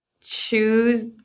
choose